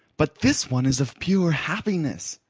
but this one is of pure happiness.